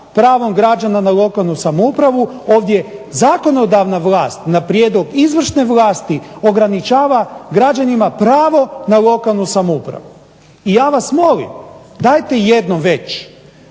pravom građana na lokalnu samoupravu, ovdje zakonodavna vlast na prijedlog izvršne vlasti ograničava građanima pravo na lokalnu samoupravu. I ja vas molim, dajte jednom već